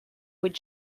vuit